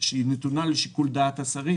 שנתונה לשיקול דעת השרים,